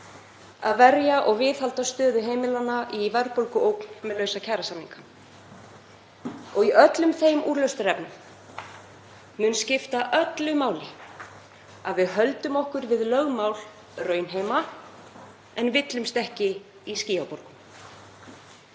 að verja og viðhalda stöðu heimilanna í verðbólguógn með lausa kjarasamninga. Í öllum þeim úrlausnarefnum mun skipta öllu máli að við höldum okkur við lögmál raunheima en villumst ekki í skýjaborgum.